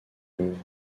louvre